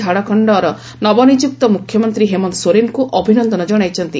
ଝାଡଖଣ୍ଡର ନବନିଯୁକ୍ତ ମୁଖ୍ୟମନ୍ତ୍ରୀ ହେମନ୍ତ ସୋରେନ୍ଙ୍କୁ ଅଭିନନ୍ଦନ ଜଣାଇଛନ୍ତି